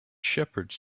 shepherds